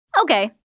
okay